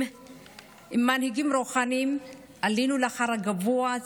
עם המנהיגים הרוחניים עלינו להר הגבוה,